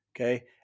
Okay